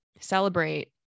celebrate